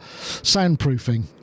soundproofing